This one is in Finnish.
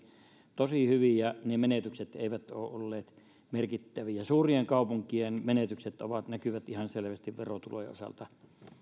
tosi hyvin ja ne menetykset eivät ole olleet merkittäviä suurien kaupunkien menetykset näkyvät ihan selvästi verotulojen osalta